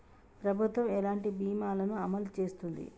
ప్రభుత్వం ఎలాంటి బీమా ల ను అమలు చేస్తుంది?